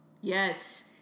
Yes